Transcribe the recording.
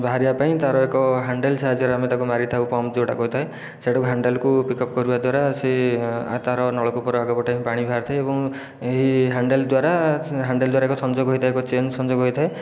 ବାହାରିବା ପାଇଁ ତାର ଏକ ହାଣ୍ଡେଲ ସାହାଯ୍ୟରେ ଆମେ ତାକୁ ମରିଥାଉ ପମ୍ପ ଯେଉଁଟାକୁ ହୋଇଥାଏ ସେଇଟାକୁ ହାଣ୍ଡେଲକୁ ପିକଅପ୍ କରିବା ଦ୍ୱାରା ସିଏ ତା'ର ନଳକୂପର ଆଗପଟେ ପାଣି ବାହାରିଥାଏ ଏବଂ ଏହି ହାଣ୍ଡେଲ ଦ୍ୱାରା ହାଣ୍ଡେଲ ଦ୍ୱାରା ଏକ ସଂଯୋଗ ହୋଇଥାଏ ଏକ ଚେନ୍ ସଂଯୋଗ ହୋଇଥାଏ